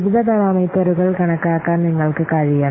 വിവിധ പാരാമീറ്ററുകൾ കണക്കാക്കാൻ നിങ്ങൾക്ക് കഴിയണം